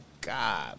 God